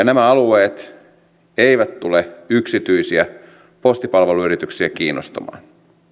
nämä alueet eivät tule yksityisiä postipalveluyrityksiä kiinnostamaan